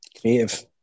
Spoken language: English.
creative